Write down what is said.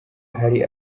hari